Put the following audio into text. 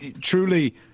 truly